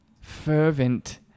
fervent